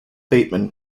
bateman